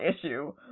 issue